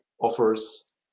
offers